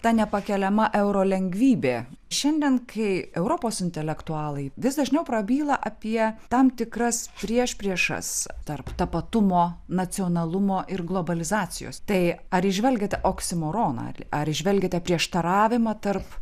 ta nepakeliama euro lengvybė šiandien kai europos intelektualai vis dažniau prabyla apie tam tikras priešpriešas tarp tapatumo nacionalumo ir globalizacijos tai ar įžvelgiate oksimoroną ar įžvelgiate prieštaravimą tarp